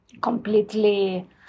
completely